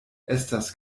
estas